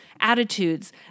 attitudes